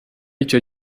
icyo